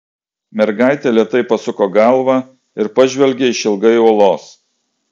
mergaitė lėtai pasuko galvą ir pažvelgė išilgai uolos